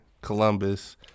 Columbus